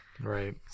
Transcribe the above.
right